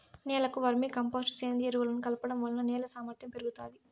నేలకు vermicompost, సేంద్రీయ ఎరువులను కలపడం వలన నేల సామర్ధ్యం పెరుగుతాది